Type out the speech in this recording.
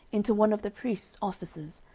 into one of the priests' offices,